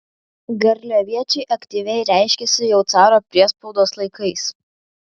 garliaviečiai aktyviai reiškėsi jau caro priespaudos laikais